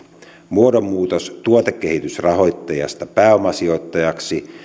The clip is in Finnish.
muodonmuutos tuotekehitysrahoittajasta pääomasijoittajaksi